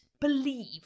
believe